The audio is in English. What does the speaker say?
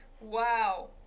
Wow